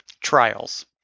trials